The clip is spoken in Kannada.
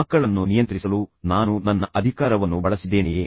ಮಕ್ಕಳನ್ನು ನಿಯಂತ್ರಿಸಲು ನಾನು ನನ್ನ ಅಧಿಕಾರವನ್ನು ಬಳಸಿದ್ದೇನೆಯೇ